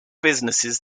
businesses